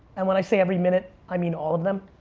and when i say every minute, i mean all of them,